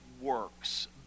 works